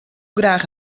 graach